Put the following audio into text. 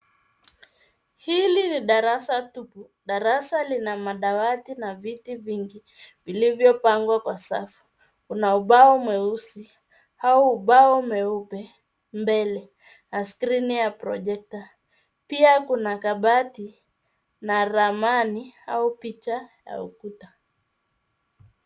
Hili ni darasa tupu, Darasa lina madawati na viti vingi vilivyopangwa kwa safu. Kuna ubao mweusi au ubao mweupe mbele na skrini ya projekta. Pia kuna kabati na ramani, au picha ya ukuta.